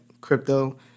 crypto